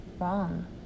wrong